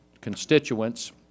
constituents